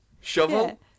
Shovel